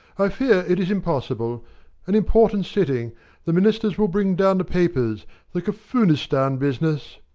i fear it is impossible an important sitting the ministers will bring down the papers the kafoonistan business.